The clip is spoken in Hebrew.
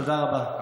תודה רבה.